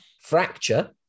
Fracture